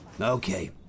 Okay